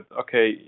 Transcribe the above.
okay